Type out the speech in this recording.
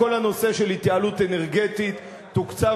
כל הנושא של התייעלות אנרגטית תוקצב